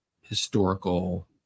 historical